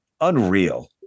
unreal